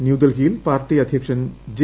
ന്യൂഡൽഹിയിൽ പാർട്ടി അദ്ധ്യക്ഷൻ ജെ